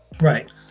right